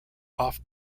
off